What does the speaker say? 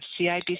CIBC